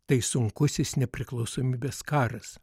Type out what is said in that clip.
tai sunkusis nepriklausomybės karas